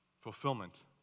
Fulfillment